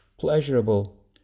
pleasurable